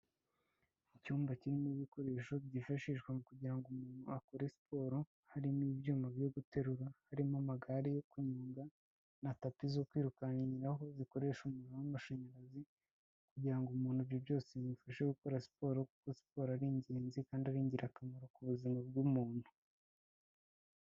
Icyumba kirimo ibikoresho byifashishwa mu kugira ngo umuntu akore siporo, harimo ibyuma byo guterura, harimo amagare yo kunyonga, na tapi zo kwirukankiraho zikoresha umuriro w'amashanyarazi, kugira ngo umuntu ibyo byose bimufashe gukora siporo, kuko siporo ari ingenzi kandi ari ingirakamaro ku buzima bw'umuntu.